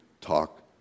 talk